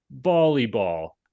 volleyball